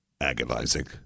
agonizing